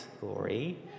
glory